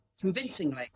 convincingly